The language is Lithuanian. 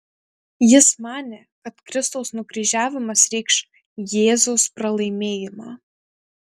jis manė kad kristaus nukryžiavimas reikš jėzaus pralaimėjimą